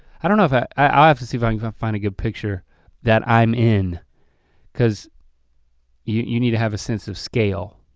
i don't know if i, i'll have to see if i and can ah find a good picture that i'm in cause you need to have a sense of scale.